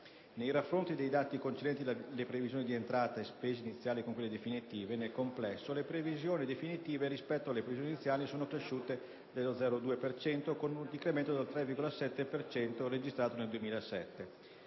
Nel raffronto dei dati concernenti le previsioni di entrate e spese iniziali con quelle definitive, nel complesso, le previsioni definitive rispetto alle previsioni iniziali sono cresciute dello 0,2 per cento contro un incremento del 3,7 per cento registrato nel 2007.